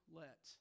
let